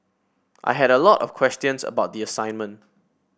I had a lot of questions about the assignment